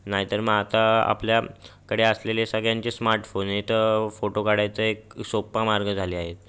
नाहीतर मग आता आपल्याकडे असलेले सगळ्यांचे स्मार्ट फोन आहेत तर फोटो काढायचा एक सोपा मार्ग झाले आहे